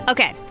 Okay